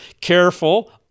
Careful